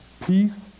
peace